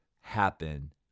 happen